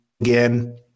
again